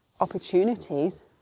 opportunities